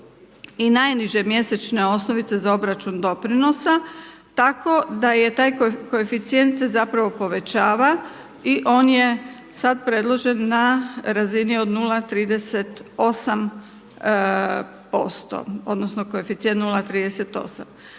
i najniže mjesečne osnovice za obračun doprinosa tako da je taj koeficijent se zapravo povećava i on je sada predložen na razini od 0,38%, odnosno koeficijent 0,38.